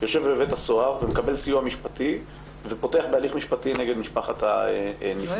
יושב בבית הסוהר ומקבל סיוע משפטי ופותח בהליך משפטי נגד משפחת הנפגע.